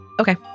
Okay